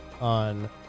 on